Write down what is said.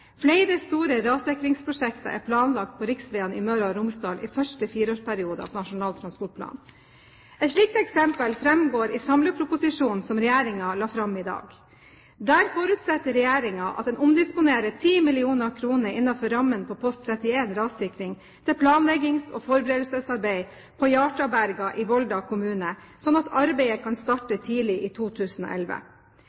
Flere store rassikringsprosjekter er planlagt på riksveiene i Møre og Romsdal i første fireårsperiode av Nasjonal transportplan. Et slikt eksempel framgår av samleproposisjonen som regjeringen la fram i dag. Der forutsetter regjeringen at en omdisponerer 10 mill. kr innenfor rammen på post 31 Rassikring til planleggings- og forberedelsesarbeid på Hjartåberga i Volda kommune, slik at arbeidet kan starte